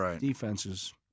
defenses